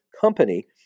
company